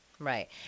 Right